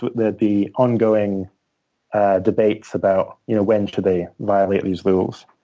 but there'd be ongoing debates about you know when should they violate these rules?